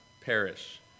perish